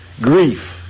grief